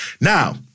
Now